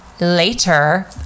later